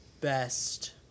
best